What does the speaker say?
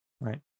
Right